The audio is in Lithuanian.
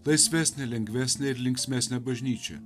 laisvesnė lengvesnė ir linksmesnę bažnyčią